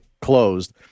closed